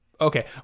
Okay